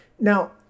Now